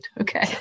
okay